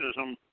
Racism